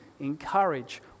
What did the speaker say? encourage